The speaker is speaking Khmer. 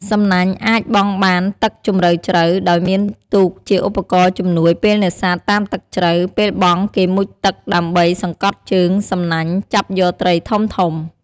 សំណាញ់់អាចបង់បានទឹកជម្រៅជ្រៅ ដោយមានទូកជាឧបករណ៍ជំនួយពេលនេសាទតាមទឹកជ្រៅពេលបង់គេមុជទឹកដើម្បីសង្កត់ជើងសំណាញ់ចាប់យកត្រីធំៗ។